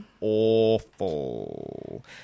awful